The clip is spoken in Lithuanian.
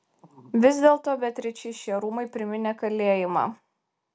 vis dėlto beatričei šie rūmai priminė kalėjimą